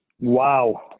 Wow